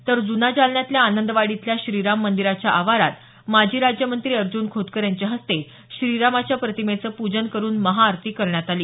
तर जुना जालन्यातल्या आनंदवाडी इथल्या श्रीराम मंदिराच्या आवारात माजी राज्यमंत्री अर्ज्न खोतकर यांच्या हस्ते श्रीरामाच्या प्रतिमेचे पूजन करून महाआरती करण्यात आली